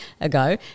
ago